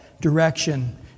direction